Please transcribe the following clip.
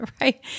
right